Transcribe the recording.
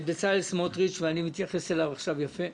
בצלאל סמוטריץ', ואני מתייחס אליו עכשיו יפה.